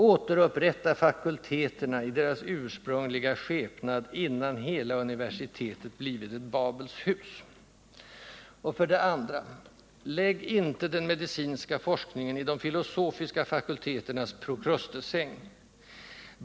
Återupprätta fakulteterna i deras ursprungliga skepnad, innan hela universitetet blivit ett Babels hus! 2. Lägg inte den medicinska forskningen i de filosofiska fakulteternas Prokrustessäng!